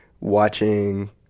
watching